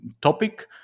topic